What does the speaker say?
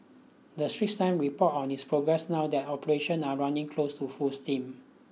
The Straits Time report on its progress now their operation are running close to full steam